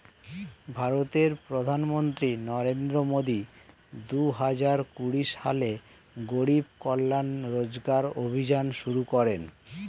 ভারতের প্রধানমন্ত্রী নরেন্দ্র মোদি দুহাজার কুড়ি সালে গরিব কল্যাণ রোজগার অভিযান শুরু করেন